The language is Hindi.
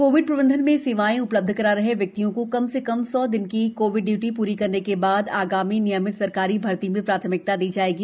कोविड प्रबंधन में सेवाएं उप्लब्ध करा रहे व्यक्तियों को कम से कम सौ दिन की कोविड ड्यूटी प्री करने के बाद आगामी नियमित सरकारी भर्ती में प्राथमिकता दी जाएगी